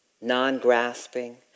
non-grasping